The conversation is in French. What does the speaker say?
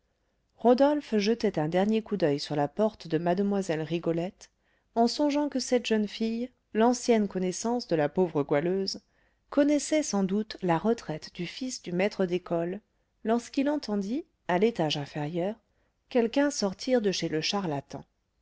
rodolphe jetait un dernier coup d'oeil sur la porte de mlle rigolette en songeant que cette jeune fille l'ancienne connaissance de la pauvre goualeuse connaissait sans doute la retraite du fils du maître d'école lorsqu'il entendit à l'étage inférieur quelqu'un sortir de chez le charlatan